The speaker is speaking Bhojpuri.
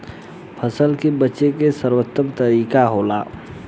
फसल के बेचे के सर्वोत्तम तरीका का होला?